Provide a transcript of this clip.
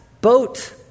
boat